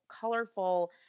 colorful